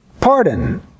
pardon